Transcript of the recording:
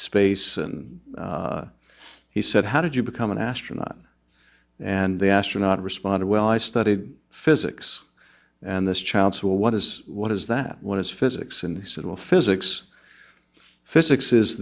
space and he said how did you become an astronaut and the astronaut responded well i studied physics and this child so what is what is that what is physics and he said well physics physics is